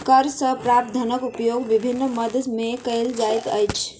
कर सॅ प्राप्त धनक उपयोग विभिन्न मद मे कयल जाइत अछि